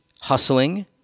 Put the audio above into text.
hustling